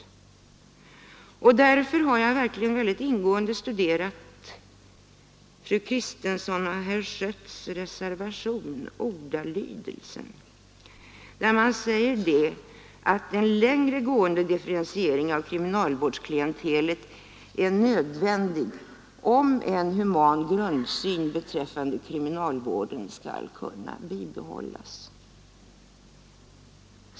Med tanke på detta har jag ingående studerat ordalydelsen av fru Kristenssons och herr Schötts reservation. De säger att ”en längre gående differentiering av kriminalvårdsklientelet ——— är nödvändig om en human grundsyn beträffande kriminalvården skall kunna bibehållas”.